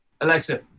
Alexa